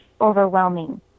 overwhelming